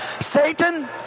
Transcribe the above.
Satan